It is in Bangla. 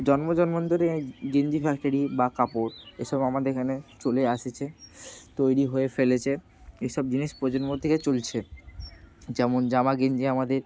জন্ম জন্মান্তরে গেঞ্জি ফ্যাক্টরি বা কাপড় এসব আমাদের এখানে চলে আসছে তৈরি হয়ে ফেলেছে এসব জিনিস প্রজন্ম থেকে চলছে যেমন জামা গেঞ্জি আমাদের